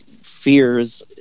fears